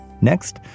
Next